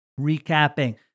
recapping